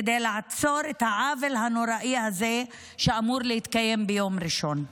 כדי לעצור את העוול הנוראי הזה שאמור להתקיים ביום ראשון.